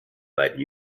beiden